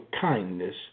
kindness